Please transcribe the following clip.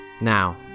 Now